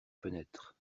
fenêtres